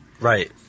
Right